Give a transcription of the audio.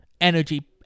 energy